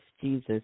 Jesus